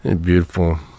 Beautiful